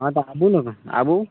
हँ तऽ आबू ने आबू